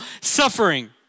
suffering